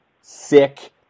sick